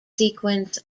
sequence